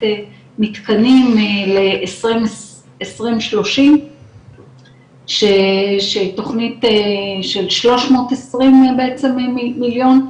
מתקנים ל-2030 שהיא תוכנית של 320 מיליון,